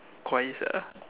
coins ah